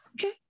okay